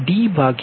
હવે આ તમે L00